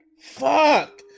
Fuck